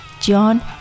John